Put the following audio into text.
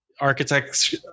Architects